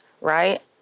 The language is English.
right